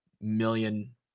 million –